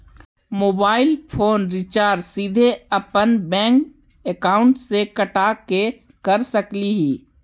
Mobile phone recharge सीधे अपन bank account से कटा के कर सकली ही?